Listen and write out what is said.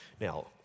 Now